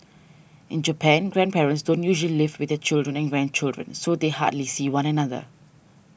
in Japan grandparents don't usually live with their children and grandchildren so they hardly see one another